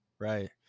right